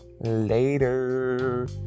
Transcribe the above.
Later